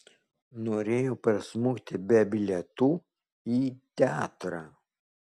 norėjo prasmukti be bilietų į teatrą